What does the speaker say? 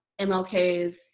MLK's